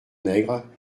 nègre